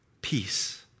peace